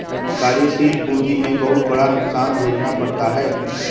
कार्यशील पूंजी में बहुत बड़ा नुकसान झेलना पड़ता है